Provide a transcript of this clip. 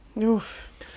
Oof